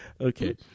Okay